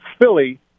Philly